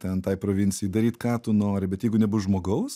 ten tai provincijai daryt ką tu nori bet jeigu nebus žmogaus